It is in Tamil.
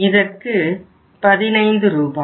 இதற்கு 15 ரூபாய்